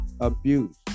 abuse